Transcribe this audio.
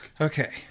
okay